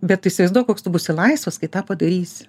bet tu įsivaizduok koks tu būsi laisvas kai tą padarysi